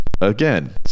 Again